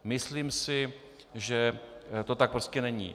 Myslím si, že to tak prostě není.